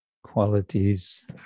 Qualities